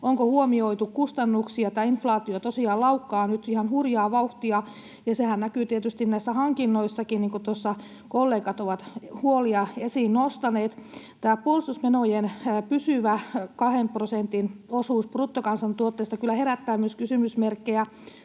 onko huomioitu kustannuksia. Tämä inflaatio tosiaan laukkaa nyt ihan hurjaa vauhtia, ja sehän näkyy tietysti näissä hankinnoissakin, niin kuin tuossa kollegat ovat huolia esiin nostaneet. Tämä puolustusmenojen pysyvä kahden prosentin osuus bruttokansantuotteesta kyllä herättää myös kysymysmerkkejä.